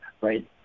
right